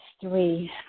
three